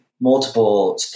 multiple